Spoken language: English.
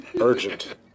Urgent